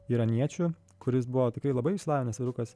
iraniečiu kuris buvo tikrai labai išsilavinęs vyrukas